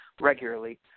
regularly